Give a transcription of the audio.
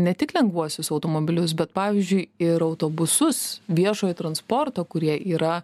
ne tik lengvuosius automobilius bet pavyzdžiui ir autobusus viešojo transporto kurie yra